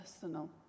personal